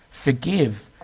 forgive